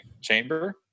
chamber